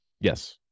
yes